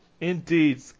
indeed